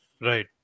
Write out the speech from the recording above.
Right